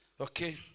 okay